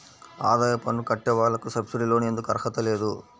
ఆదాయ పన్ను కట్టే వాళ్లకు సబ్సిడీ లోన్ ఎందుకు అర్హత లేదు?